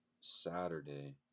Saturday